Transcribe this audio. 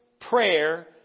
prayer